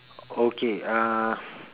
okay uh